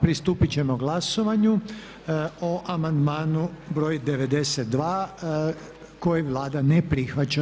Pristupit ćemo glasovanju o amandmanu broj 92. koji Vlada ne prihvaća.